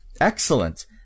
Excellent